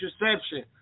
interception